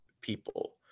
people